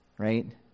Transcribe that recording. Right